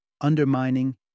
undermining